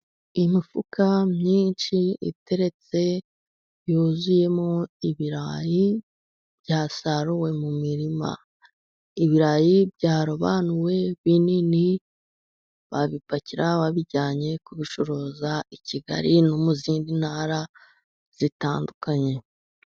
Imifuka myinshi iteretse yuzuyemo ibirayi, byasaruwe mu mirima, ibirayi byarobanuwe binini babipakira babijyanye kubicuruza i Kigali, no mu zindi ntara zitandukanye.